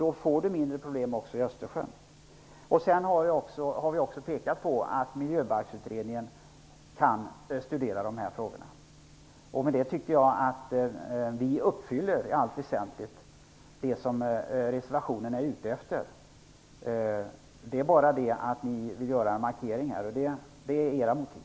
Då får man mindre problem också i Sedan har vi också pekat på att Miljöbalksutredningen kan studera dessa frågor. Med det tycker jag att vi i allt väsentligt uppfyller det som reservationen är ute efter. Det är bara det att ni vill göra en markering här. Det är era motiv.